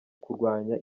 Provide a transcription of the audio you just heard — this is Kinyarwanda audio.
kurwanya